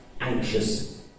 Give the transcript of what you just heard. anxious